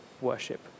worship